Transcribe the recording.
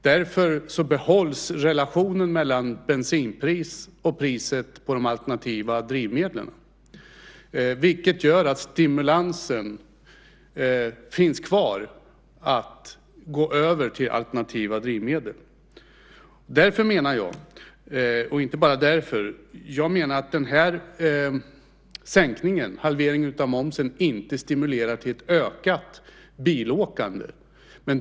Därför behålls relationen mellan bensinpriset och priset på de alternativa drivmedlen, vilket gör att stimulansen finns kvar att gå över till alternativa drivmedel. Jag menar att denna halvering av momsen inte stimulerar till ökat bilåkande.